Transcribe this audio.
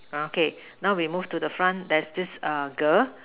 okay now we move to the front there's this uh girl